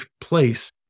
place